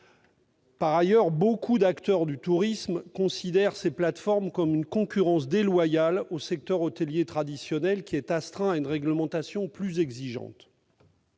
Par ailleurs, beaucoup d'acteurs du tourisme considèrent que ces plateformes font une concurrence déloyale au secteur hôtelier traditionnel, lequel est astreint à une réglementation plus exigeante.